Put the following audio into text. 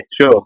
sure